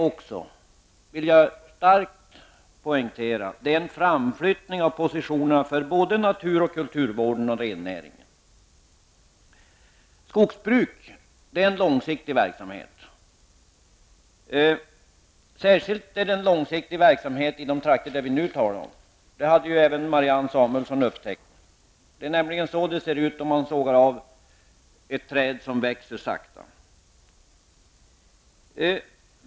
Jag vill starkt poängtera att det handlar om en framflyttning av positionerna vad gäller både naturoch kulturvården och rennäringen. Skogsbruk är en långsiktig verksamhet, särskilt i de trakter som vi nu talar om, och det har även Marianne Samuelsson upptäckt. Vi vet nu alltså hur ett träd som växer sakta ser ut, för det framgår när man sågar i det.